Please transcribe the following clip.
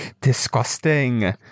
Disgusting